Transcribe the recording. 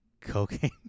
Cocaine